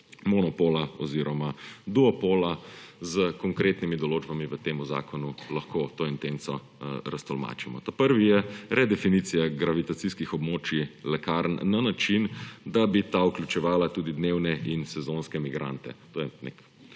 monopola oziroma duopola. S konkretnimi določbami v temu zakonu lahko to intenco raztolmačimo. Ta prvi je redefinicija gravitacijskih območij lekarn na način, da bi ta vključevala tudi dnevne in sezonske migrante. To je nek